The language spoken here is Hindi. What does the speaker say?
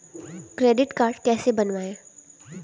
क्रेडिट कार्ड कैसे बनवाएँ?